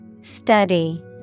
Study